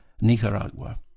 Nicaragua